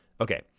Okay